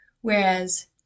whereas